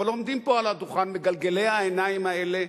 אבל עומדים פה על הדוכן מגלגלי העיניים האלה,